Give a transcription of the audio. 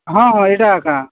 ହଁ ହଁ ଏଇଟା ଏକା